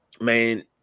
Man